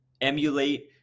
Emulate